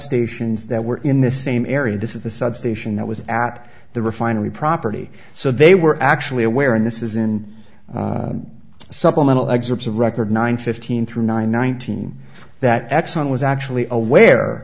substations that were in the same area this is the substation that was apt the refinery property so they were actually aware and this is in supplemental excerpts of record nine fifteen through nine nineteen that exxon was actually aware